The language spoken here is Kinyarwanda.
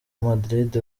madrid